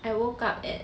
I woke up at